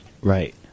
Right